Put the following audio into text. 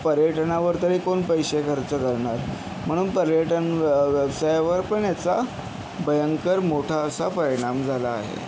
पर्यटनावर तरी कोण पैसे खर्च करणार म्हणून पर्यटन व्यव व्यवसायावर पण याचा भयंकर मोठा असा परिणाम झाला आहे